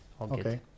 Okay